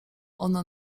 ona